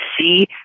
see